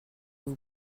vous